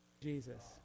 Jesus